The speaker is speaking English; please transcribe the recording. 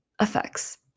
effects